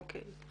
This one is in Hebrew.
אוקיי,